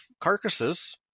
carcasses